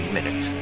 Minute